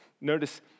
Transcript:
Notice